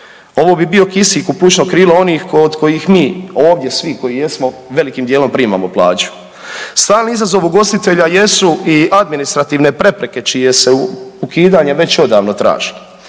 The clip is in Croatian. Ovo bi bio kisik u plućno krilo onih od kojih mi ovdje svi koji jesmo velikim dijelom primamo plaću. Stalni izazov ugostitelja jesu i administrativne prepreke čije se ukidanje već odavno traži.